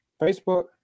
Facebook